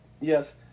yes